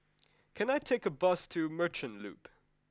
can I take a bus to Merchant Loop